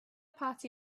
party